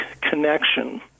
connection